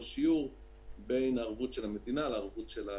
שיעור בין הערבות של המדינה לערבות של הבנק.